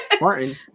Martin